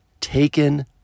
taken